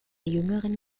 jüngeren